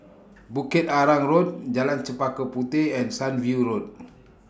Bukit Arang Road Jalan Chempaka Puteh and Sunview Road